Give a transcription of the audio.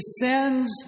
sends